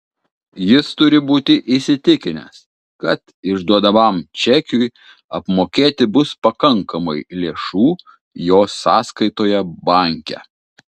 jis turi būti įsitikinęs kad išduodamam čekiui apmokėti bus pakankamai lėšų jo sąskaitoje banke